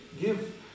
give